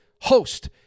host